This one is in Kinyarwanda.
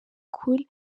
cool